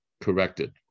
corrected